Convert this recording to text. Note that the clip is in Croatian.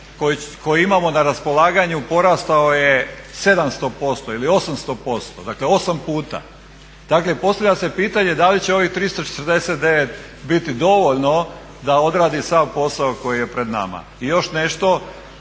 koji imamo na raspolaganju porastao je 700% ili 800%, dakle 8 puta. Dakle postavlja se pitanje da li će ovih 349 biti dovoljno da odradi sav posao koji je pred nama. I još nešto,